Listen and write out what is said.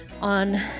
on